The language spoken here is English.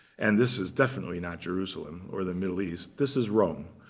and this is definitely not jerusalem or the middle east. this is rome.